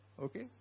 Okay